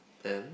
and